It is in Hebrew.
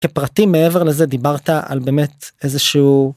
כפרטים מעבר לזה דיברת על באמת איזה שהוא.